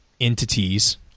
entities